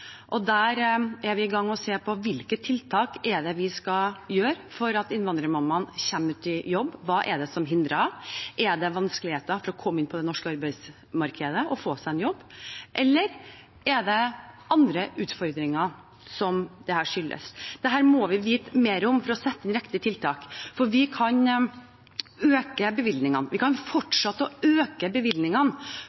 Der er vi i gang med å se på hvilke tiltak vi skal gjøre for at innvandrermammaene kommer ut i jobb. Hva er det som hindrer det? Er det vanskeligheter med å komme inn på det norske arbeidsmarkedet og få seg en jobb, eller skyldes dette andre utfordringer? Dette må vi vite mer om for å sette inn riktige tiltak, for vi kan øke bevilgningene. Vi kan fortsette med å øke bevilgningene for